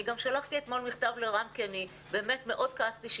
גם שלחתי אתמול מכתב לרם שפע כי באמת כעסתי מאוד